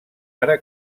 ara